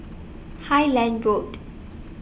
Highland Road